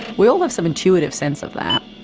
we all have some intuitive sense of that.